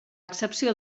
excepció